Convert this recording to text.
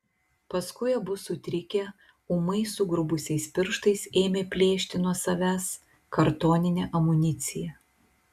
paskui abu sutrikę ūmai sugrubusiais pirštais ėmė plėšti nuo savęs kartoninę amuniciją